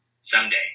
someday